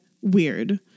weird